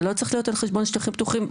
זה לא צריך להיות על חשבון שטחים פתוחים.